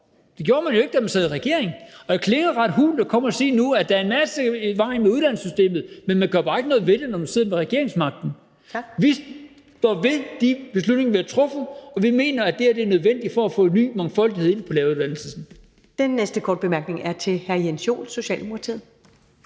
Det gjorde man jo ikke, da man sad i regering, og det klinger ret hult at komme og sige nu, at der er en masse i vejen med uddannelsessystemet, når man bare ikke gør noget ved det, når man sidder med regeringsmagten. Vi står ved de beslutninger, vi har truffet, og vi mener, at det her er nødvendigt for at få en ny mangfoldighed ind på læreruddannelsen.